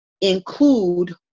include